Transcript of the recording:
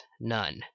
none